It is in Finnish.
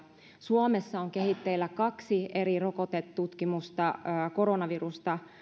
suomessa on kehitteillä kaksi eri rokotetutkimusta koronavirusta